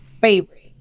favorite